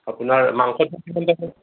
আপোনাৰ মাংসটো কিমান